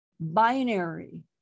binary